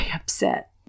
upset